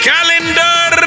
Calendar